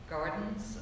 gardens